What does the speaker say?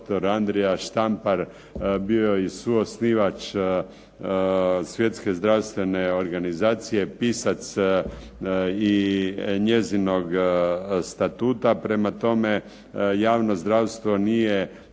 doktor Andrija Štampar bio i suosnivač Svjetske zdravstvene organizacije, pisac i njezinog statuta, prema tome javno zdravstvo nije